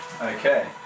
Okay